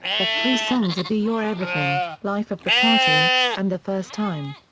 the three songs are be your everything, life of the party and the first time.